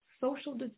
social